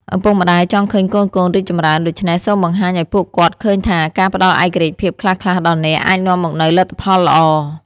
ឪពុកម្ដាយចង់ឃើញកូនៗរីកចម្រើន ដូច្នេះ សូមបង្ហាញឲ្យពួកគាត់ឃើញថា ការផ្ដល់ឯករាជ្យភាពខ្លះៗដល់អ្នក អាចនាំមកនូវលទ្ធផលល្អ។